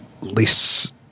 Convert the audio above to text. less